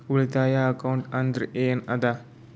ಉಳಿತಾಯ ಅಕೌಂಟ್ ಅಂದ್ರೆ ಏನ್ ಅದ?